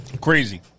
Crazy